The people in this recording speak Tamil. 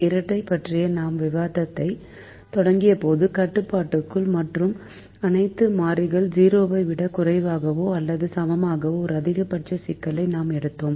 இரட்டைப் பற்றிய நாம் விவாதத்தைத் தொடங்கியபோது கட்டுப்பாடுகள் மற்றும் அனைத்து மாறிகள் 0 ஐ விடக் குறைவான அல்லது சமமான ஒரு அதிகபட்ச சிக்கலை நாம் எடுத்தோம்